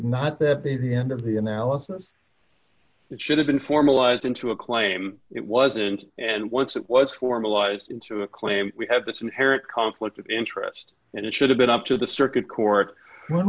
that the end of the analysis should have been formalized into a claim it wasn't and once it was formalized into a claim we have this inherent conflict of interest and it should have been up to the circuit court when